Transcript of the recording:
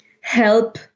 help